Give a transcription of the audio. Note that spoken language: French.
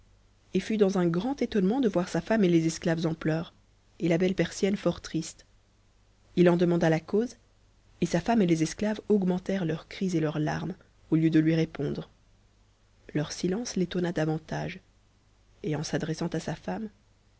et fut dans un grand ent de voir sa femme et les esclaves en pleurs et la belle pernue fort triste il en demanda la cause et sa femme et les esclaves tsmentèrent leurs cris et leurs larmes au lieu de lui répondre leur silence l'étonna davantage et en s'adressant à sa femme